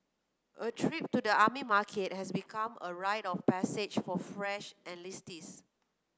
a trip to the army market has become a rite of passage for fresh enlistees